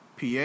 PA